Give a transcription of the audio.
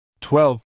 Twelve